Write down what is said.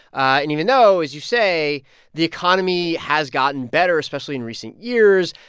and even though, as you say the economy has gotten better, especially in recent years,